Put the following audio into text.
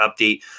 update